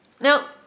Now